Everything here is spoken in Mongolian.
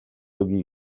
өгье